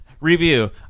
Review